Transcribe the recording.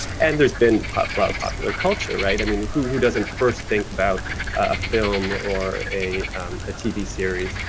and there has been a lot of popular culture, right. i mean, who who doesn't first think about a film or a a tv series.